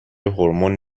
هورمون